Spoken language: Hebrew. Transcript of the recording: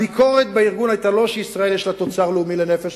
הביקורת בארגון היתה לא על שלישראל יש תוצר לאומי לנפש,